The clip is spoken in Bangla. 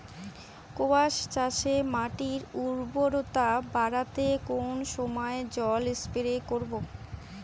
কোয়াস চাষে মাটির উর্বরতা বাড়াতে কোন সময় জল স্প্রে করব?